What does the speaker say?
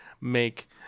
make